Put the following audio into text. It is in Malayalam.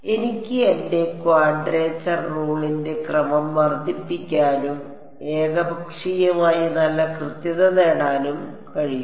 എനിക്ക് എന്റെ ക്വാഡ്രേച്ചർ റൂളിന്റെ ക്രമം വർദ്ധിപ്പിക്കാനും ഏകപക്ഷീയമായി നല്ല കൃത്യത നേടാനും കഴിയും